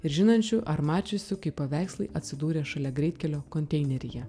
ir žinančių ar mačiusių kaip paveikslai atsidūrė šalia greitkelio konteineryje